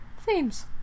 themes